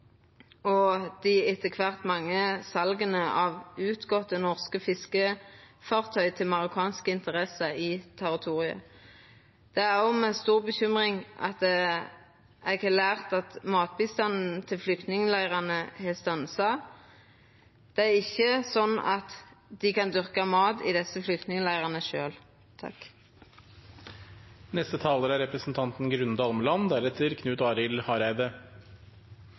og dei etter kvart mange sala av utgåtte norske fiskefartøy til marokkanske interesser i territoriet. Det er òg med stor bekymring at eg har lært at matbistanden til flyktningleirane har stansa. Det er ikkje sånn at dei kan dyrka mat i desse